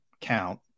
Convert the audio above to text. count